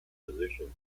position